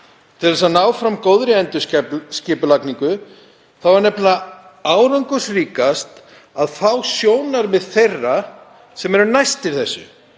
Til að ná fram góðri endurskipulagningu er nefnilega árangursríkast að fá sjónarmið þeirra sem eru næstir þessu,